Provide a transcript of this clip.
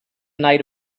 night